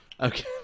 Okay